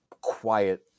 quiet